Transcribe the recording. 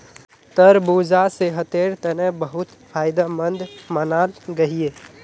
तरबूजा सेहटेर तने बहुत फायदमंद मानाल गहिये